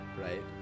right